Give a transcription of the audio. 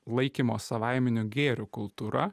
laikymo savaiminiu gėriu kultūra